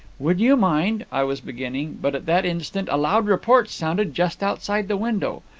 would you mind i was beginning but at that instant a loud report sounded just outside the window.